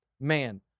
Man